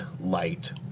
light